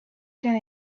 can